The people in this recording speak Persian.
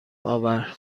آور